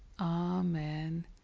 amen